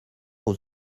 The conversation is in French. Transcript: aux